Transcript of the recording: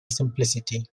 simplicity